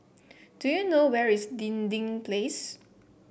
do you know where is Dinding Place